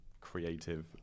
creative